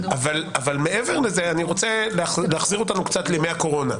מעבר לזה אני רוצה להחזיר אותנו לימי הקורונה.